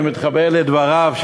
אני מתחבר לדבריו,